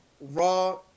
raw